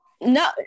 no